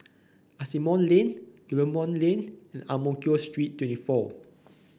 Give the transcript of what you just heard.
Asimont Lane Guillemard Lane Ang Mo Kio Street twenty four